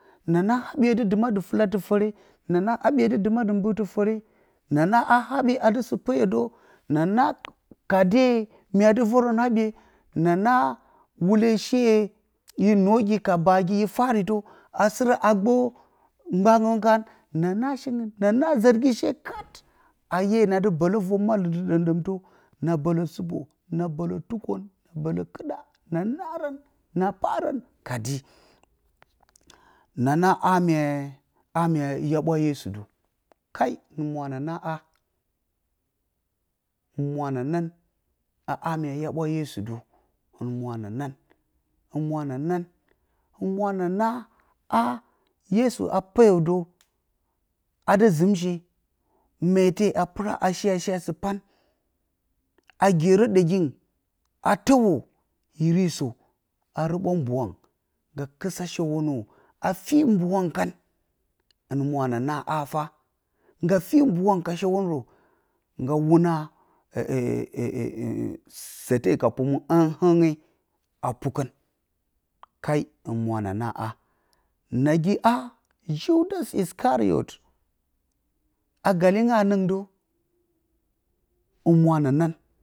Na naa haɓye dɨ dɨma dɨ fɨla tə fatuarnrə ha haa ha haɓye dɨ dɨma dɨ bɨr tə fəre na naa ha haɓye a dɨ sɨ peyə də na na kade nya dɨ vərən haɓye na naa wule she yə noogi ka bagi ya i fah a rido a sɨra a ɓaturun ɓa mgbangrə karən na naa shi na naa zɨrgi she kat a hye na dɨ bənlə vər malɨmtɨ ɗəmɗəmtə na bələ sɨpo na bələ tukə na bələ kɨɗa na narən na parən ka di na naa a a mya yaɓwa yesu də kai hɨn mwo na naa ha hɨn mwo na nan a ha mya yaɓwa yesu də hɨ mwo na nan hɨn mwa na naa ha yesu a peyədə a dɨ zɨmsha metə a pa a shea shea sɨ pan a gerə ɗyegingɨn a təwo hirisə a ruɓwa mbwangɨn ngga kɨsa shəwonə a ti mbwangɨn ngga kɨa shəwonə a ti mbwangɨn kan hɨne də mwo na naa ha nggati mbwangɨ ka shəwonə ngga wuna səte ka pomə thɨng- ihɨnge a pwo kə kai hɨn mwo na naa ha nagigi ha judas is kari dot a galinga nəngɨ də hɨn mwo na nan.